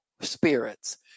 spirits